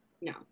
No